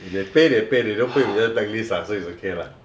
if they pay they pay if they don't pay we just blacklist ah so it's okay lah ah